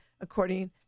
according